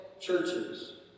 churches